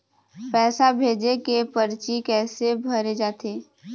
पैसा भेजे के परची कैसे भरे जाथे?